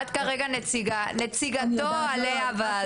את כרגע מבחינתי נציגתו בוועדה הזו.